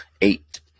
eight